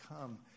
come